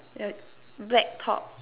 black top